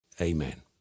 amen